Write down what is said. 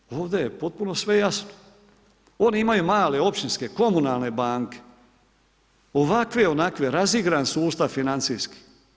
Molim vas, ovdje je potpuno sve jasno, oni imaju male općinske komunalne banke, ovakve, onakve, razigran sustav financijski.